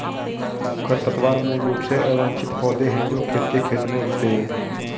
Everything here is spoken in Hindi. खरपतवार मूल रूप से अवांछित पौधे हैं जो खेत के खेत में उगते हैं